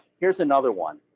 here's another one.